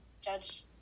judge